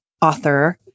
author